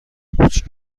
کوچیک